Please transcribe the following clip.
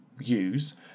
use